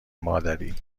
مادری